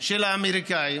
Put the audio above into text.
של האמריקנים,